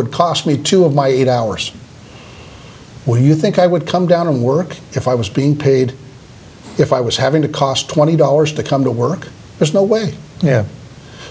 would cost me two of my eight hours where you think i would come down to work if i was being paid if i was having to cost twenty dollars to come to work there's no way